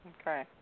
Okay